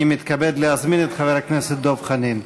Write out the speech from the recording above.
אני מתכבד להזמין את חבר הכנסת דב חנין.